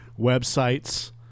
Websites